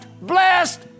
blessed